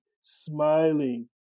smiling